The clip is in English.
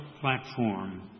platform